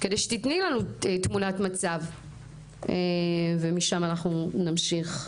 כדי שתתני לנו תמונת מצב ומשם אנחנו נמשיך.